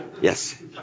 Yes